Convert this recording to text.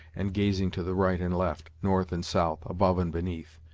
and gazing to the right and left, north and south, above and beneath,